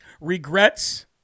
Regrets